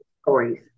stories